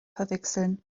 verwechseln